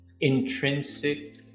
intrinsic